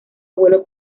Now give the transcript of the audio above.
abuelo